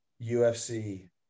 UFC